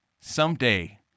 someday